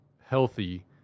healthy